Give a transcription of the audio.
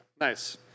Nice